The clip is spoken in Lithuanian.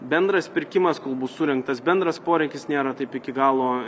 bendras pirkimas kol bus surengtas bendras poreikis nėra taip iki galo